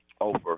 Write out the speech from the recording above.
over